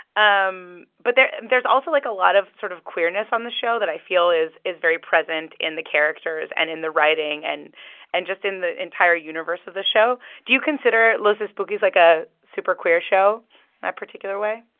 um but there's there's also, like, a lot of sort of queerness on the show that i feel is is very present in the characters and in the writing and and just in the entire universe of the show. do you consider los espookys, like, a super queer show in that particular way?